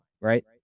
right